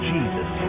Jesus